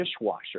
dishwasher